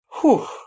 Whew